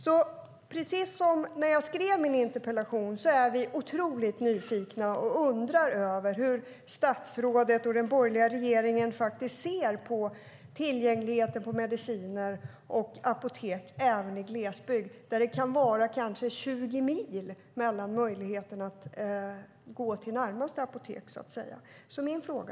Nu liksom när jag skrev min interpellation är vi väldigt nyfikna och undrar hur statsrådet och den borgerliga regeringen ser på tillgängligheten till mediciner och apotek även i glesbygd, där det kan vara 20 mil mellan apoteken. Därför kvarstår min fråga.